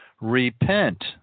repent